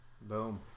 Boom